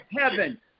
heaven